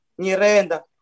Nirenda